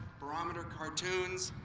barometer cartoons,